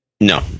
No